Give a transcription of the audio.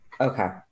okay